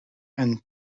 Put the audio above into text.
and